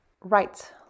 Right